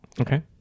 Okay